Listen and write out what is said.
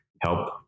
help